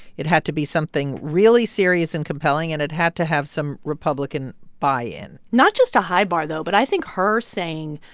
it had to be something really serious and compelling, and it had to have some republican buy-in not just a high bar, though, but i think her saying,